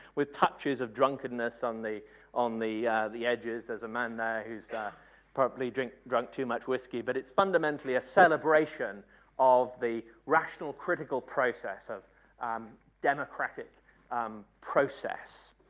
with touches of drunkenness on the on the edges. there's a man there who's probably drink drunk too much whiskey but it's fundamentally a celebration of the rational critical process of um democratic um process.